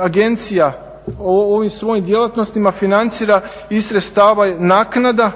agencija u ovim svojim djelatnostima financira iz sredstava naknada,